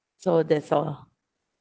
so that's all